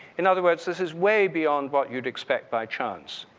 in other words, this is way beyond what you'd expect by chance.